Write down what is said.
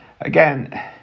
again